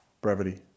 brevity